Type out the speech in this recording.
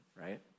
right